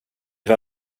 var